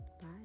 Bye